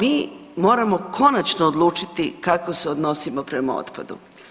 Mi moramo konačno odlučiti kako se odnosimo prema otpadu.